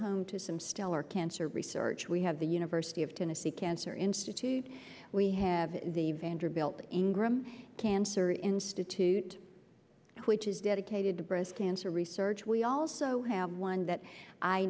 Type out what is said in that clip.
home to some stellar cancer research we have the university of tennessee cancer institute we have the vanderbilt ingrim cancer institute which is dedicated to breast cancer research we also have one that i